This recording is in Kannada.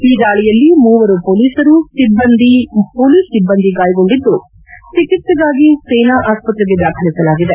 ಈ ದಾಳಿಯಲ್ಲಿ ಮೂವರು ಮೊಲೀಸ್ ಸಿಬ್ಲಂದಿ ಗಾಯಗೊಂಡಿದ್ದು ಚಿಕಿತ್ಸೆಗಾಗಿ ಸೇನಾ ಆಸ್ಪತ್ರೆಗೆ ದಾಖಲಿಸಲಾಗಿದೆ